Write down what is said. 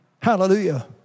Hallelujah